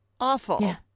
awful